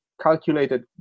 calculated